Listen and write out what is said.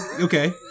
Okay